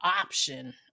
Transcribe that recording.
option